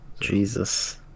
Jesus